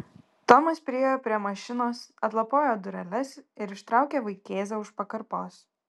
tomas priėjo prie mašinos atlapojo dureles ir ištraukė vaikėzą už pakarpos